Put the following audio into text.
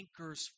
anchors